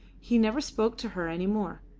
he never spoke to her any more.